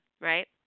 Right